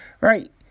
right